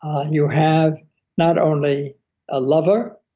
um you have not only a lover,